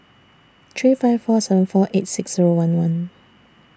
three five four seven four eight six Zero one one